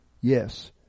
Yes